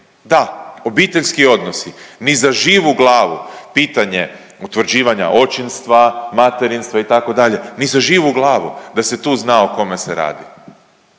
da obiteljski odnosi ni za živu glavu, pitanje utvrđivanja očinstva, materinstva itd. ni za živu glavu da se tu zna o kome se radi,